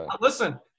listen